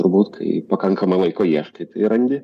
turbūt kai pakankamai laiko ieškai randi